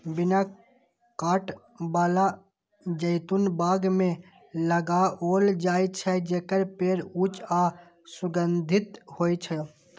बिना कांट बला जैतून बाग मे लगाओल जाइ छै, जेकर पेड़ ऊंच आ सुगठित होइ छै